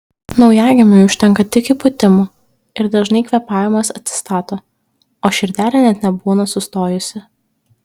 naujagimiui užtenka tik įpūtimų ir dažnai kvėpavimas atsistato o širdelė net nebūna sustojusi